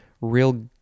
real